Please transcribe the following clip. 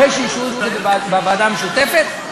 אחרי שאישרו את זה בוועדה המשותפת,